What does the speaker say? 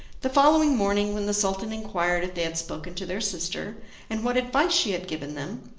the following morning, when the sultan inquired if they had spoken to their sister and what advice she had given them,